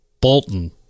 Bolton